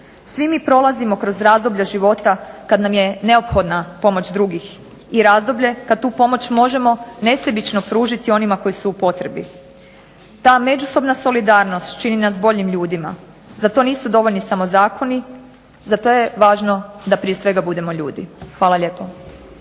Svi mi prolazimo kroz razdoblja života kad nam je neophodna pomoć drugih i razdoblje kad tu pomoć možemo nesebično pružiti onima koji su u potrebi. Ta međusobna solidarnost čini nas boljim ljudima. Za to nisu dovoljni samo zakoni. Zato je važno da prije svega budemo ljudi. Hvala lijepo.